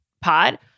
pod